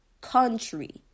country